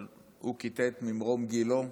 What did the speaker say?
אבל הוא כיתת ממרום גילו,